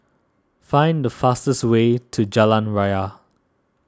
find the fastest way to Jalan Raya